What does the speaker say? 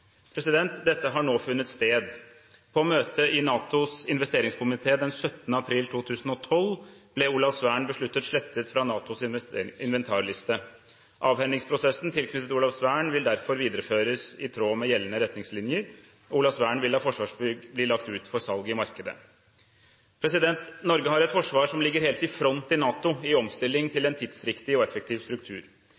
Dette har nå funnet sted. På møte i NATOs investeringskomité den 17. april 2012 ble Olavsvern besluttet slettet fra NATOs inventarliste. Avhendingsprosessen tilknyttet Olavsvern vil derfor videreføres i tråd med gjeldende retningslinjer, og Olavsvern vil av Forsvarsbygg bli lagt ut for salg i markedet. Norge har et forsvar som ligger helt i front i NATO i omstilling til